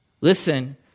listen